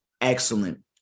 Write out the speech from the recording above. excellent